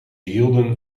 hielden